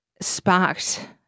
sparked